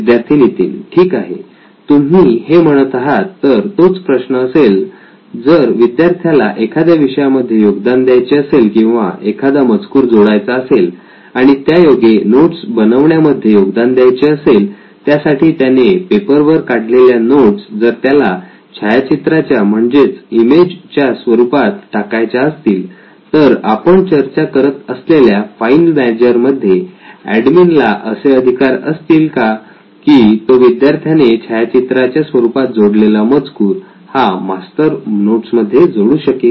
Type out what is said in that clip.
विद्यार्थी नितीन ठीक आहे तुम्ही हे म्हणत आहात तर तोच प्रश्न असेल जर विद्यार्थ्याला एखाद्या विषया मध्ये योगदान द्यायचे असेल किंवा एखादा मजकूर जोडायचा असेल आणि त्यायोगे नोट्स बनवण्यामध्ये योगदान द्यायचे असेल त्यासाठी त्याने पेपर वर काढलेल्या नोट्स जर त्याला छायाचित्राच्या म्हणजेच इमेज च्या स्वरूपात टाकायचा असतील तर आपण चर्चा करत असलेल्या फाईल मॅनेजर मध्ये एडमिन ला असे अधिकार असतील का की तो विद्यार्थ्याने छायाचित्राच्या स्वरूपात जोडलेला मजकूर हा मास्टर नोट्स मध्ये जोडू शकेल